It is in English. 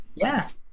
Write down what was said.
Yes